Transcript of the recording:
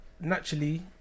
naturally